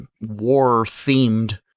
war-themed